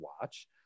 watch